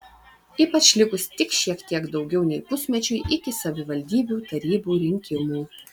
ypač likus tik šiek tiek daugiau nei pusmečiui iki savivaldybių tarybų rinkimų